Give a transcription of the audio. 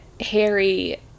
harry